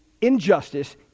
injustice